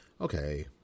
Okay